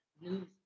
news